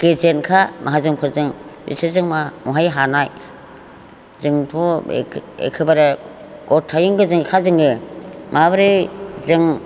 गेजेनखा माहाजोनफोरजों बिसोरजों मा बबेहाय हानो जोंथ' एखेबारे गथायैनो गेजेनखा जोंङो माबोरै जों